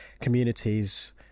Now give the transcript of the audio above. communities